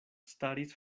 staris